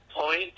point